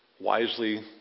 wisely